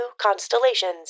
constellations